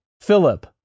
Philip